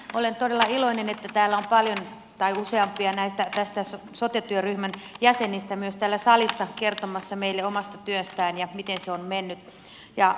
olen todella iloinen että myös täällä salissa on useampia näistä sote työryhmän jäsenistä kertomassa meille omasta työstään ja siitä miten se on mennyt